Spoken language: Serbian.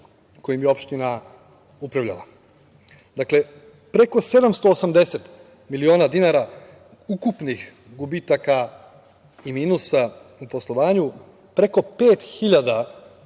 kojim je opština upravljala. Dakle, preko 780 miliona dinara ukupnih gubitaka i minusa u poslovanju, preko pet